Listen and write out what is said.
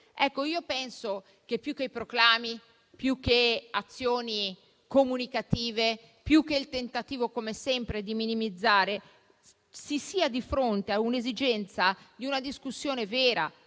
Io penso che più che proclami, più che azioni comunicative, più che il tentativo come sempre di minimizzare si sia di fronte all'esigenza di una discussione vera